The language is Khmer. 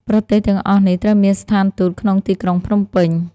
ប្រទេសទាំងអស់នេះត្រូវមានស្ថានទូតក្នុងទីក្រុងភ្នំពេញ។